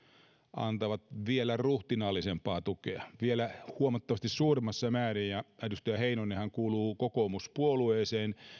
antaa vielä ruhtinaallisempaa tukea vielä huomattavasti suuremmassa määrin edustaja heinonenhan kuuluu kokoomuspuolueeseen